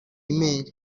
email